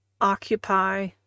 occupy